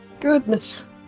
goodness